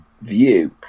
view